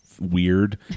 weird